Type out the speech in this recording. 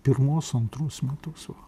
pirmus antrus metus va